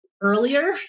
earlier